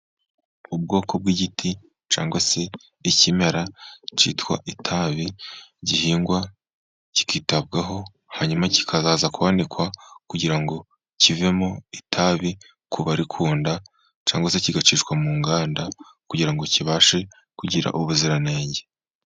Ubwoko bw'igiti cyangwa se ikimera cyitwa itabi, gihingwa kikitabwaho, hanyuma kikazaza kwanikwa kugira ngo kivemo itabi ku baririkunda, cyangwa se kigacishwa mu nganda kugira ngo kibashe kugira ubuziranenge.